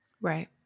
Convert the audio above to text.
Right